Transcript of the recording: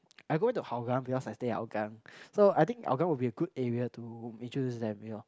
I go into Hougang because I stay at Hougang so I think Hougang will be a good area to introduce them you know